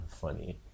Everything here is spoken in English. funny